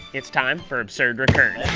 it's time for absurd recurds.